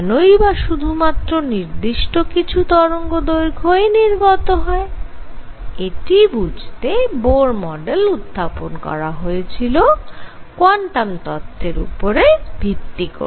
কেনই বা শুধুমাত্র নির্দিষ্ট কিছু তরঙ্গদৈর্ঘ্য নির্গত হয় এটি বুঝতে বোর মডেল উত্থাপন করা হয়েছিল কোয়ান্টাম তত্ত্বের উপর ভিত্তি করে